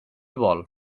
vol